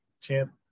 Champ